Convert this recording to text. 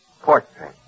Portrait